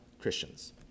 Christians